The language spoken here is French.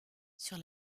sur